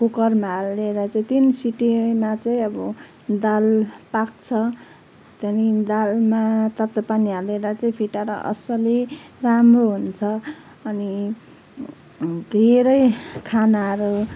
कुकरमा हालेर चाहिँ तिन सिटीमा चाहिँ अब दाल पाक्छ त्यहाँदेखि दालमा तातो पानी हालेर चाहिँ फिटाएर असली राम्रो हुन्छ अनि धेरै खानाहरू